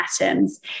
atoms